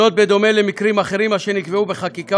זאת בדומה למקרים אחרים אשר נקבעו בחקיקה